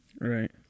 Right